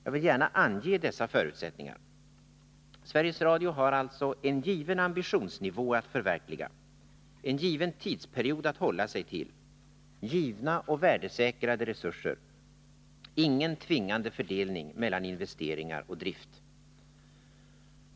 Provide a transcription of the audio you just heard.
Jag vill gärna ange dessa förutsättningar. Sveriges Radio har alltså en given ambitionsnivå att förverkliga, en given tidsperiod att hålla sig till, givna och värdesäkrade resurser samt ingen tvingande fördelning mellan investeringar och drift.